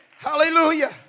Hallelujah